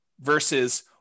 versus